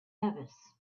nevis